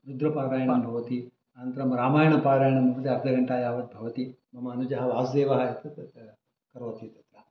रुद्रपारायणं भवति अनन्तरं रामायणपारायणम् अर्धघण्टायावत् भवति मम अनुजः वासुदेव करोति तत्र